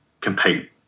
compete